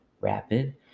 rapid